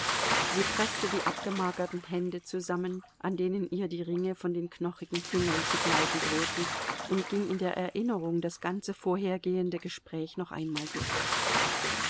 sie preßte die abgemagerten hände zusammen an denen ihr die ringe von den knochigen fingern zu gleiten drohten und ging in der erinnerung das ganze vorhergehende gespräch noch einmal durch